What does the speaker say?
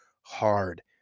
hard